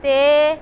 ਅਤੇ